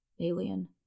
alien